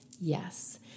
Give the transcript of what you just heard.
yes